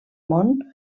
món